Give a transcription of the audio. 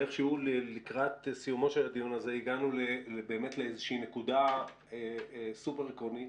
ואיך שהוא לקראת סיומו של הדיון הזה הגענו לנקודה סופר עקרונית,